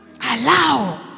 Allow